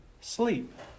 sleep